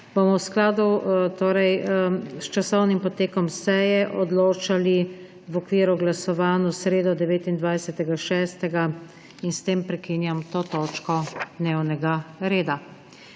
bomo v skladu s časovnim potekom seje odločali v okviru glasovanj v sredo, 29. 6. S tem prekinjam to točko dnevnega reda.